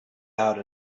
out